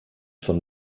von